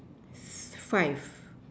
five